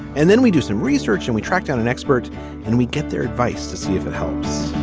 and then we do some research and we track down an expert and we get their advice to see if it helps